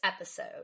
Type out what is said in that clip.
episode